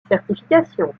certification